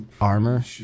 armor